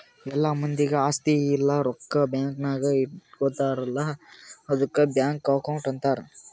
ಎಲ್ಲಾ ಮಂದಿದ್ ಆಸ್ತಿ ಇಲ್ಲ ರೊಕ್ಕಾ ಬ್ಯಾಂಕ್ ನಾಗ್ ಇಟ್ಗೋತಾರ್ ಅಲ್ಲಾ ಆದುಕ್ ಬ್ಯಾಂಕ್ ಅಕೌಂಟ್ ಅಂತಾರ್